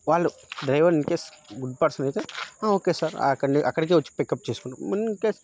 వాళ్ళు driver in case good పర్సనయితే ఆ ఓకే సార్ అక్క అక్కడికే వొచ్చి పికప్ చేసుకుంటాం ఇన్కేస్